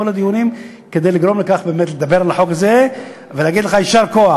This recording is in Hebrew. הדיונים כדי לדבר על החוק הזה ולהגיד לך יישר כוח.